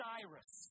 Cyrus